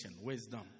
Wisdom